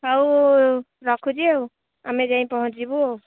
ହଉ ରଖୁଛି ଆଉ ଆମେ ଯାଇ ପହଞ୍ଚିବୁ ଆଉ